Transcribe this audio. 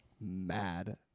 mad